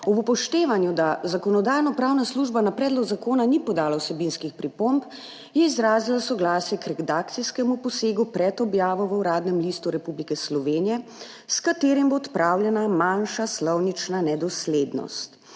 Ob upoštevanju, da Zakonodajno-pravna služba na predlog zakona ni podala vsebinskih pripomb, je izrazila soglasje k redakcijskemu posegu pred objavo v Uradnem listu Republike Slovenije, s katerim bo odpravljena manjša slovnična nedoslednost.